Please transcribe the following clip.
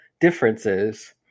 differences